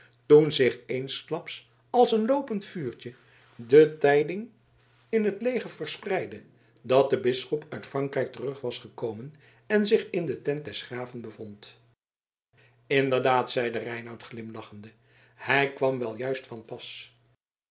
toen zich eensklaps als een loopend vuurtje de tijding in het leger verspreidde dat de bisschop uit frankrijk terug was gekomen en zich in de tent des graven bevond inderdaad zeide reinout glimlachende hij kwam wel juist van pas